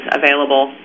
available